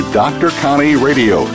drconnieradio